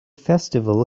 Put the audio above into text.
festival